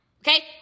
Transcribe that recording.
Okay